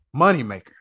moneymaker